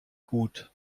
gut